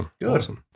Good